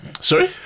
Sorry